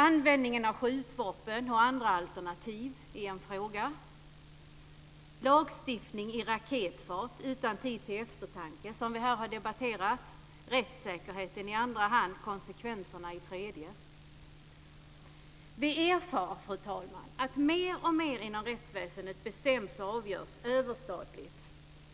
Användningen av skjutvapen och andra alternativ är en fråga, liksom lagstiftning i raketfart utan tid till eftertanke, som vi här har debatterat, rättssäkerheten i andra hand och konsekvenserna i tredje. Vi erfar, fru talman, att mer och mer inom rättsväsendet bestäms och avgörs överstatligt,